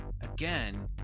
again